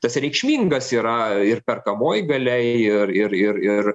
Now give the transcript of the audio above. tas reikšmingas yra ir perkamoji galia ir ir ir ir